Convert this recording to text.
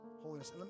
holiness